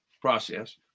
process